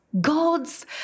God's